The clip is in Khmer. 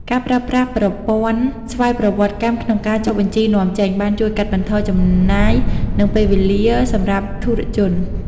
ការប្រើប្រាស់ប្រព័ន្ធស្វ័យប្រវត្តិកម្មក្នុងការចុះបញ្ជីនាំចេញ បានជួយកាត់បន្ថយចំណាយ និងពេលវេលាសម្រាប់ធុរជន។